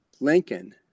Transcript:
lincoln